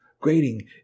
Grading